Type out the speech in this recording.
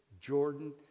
Jordan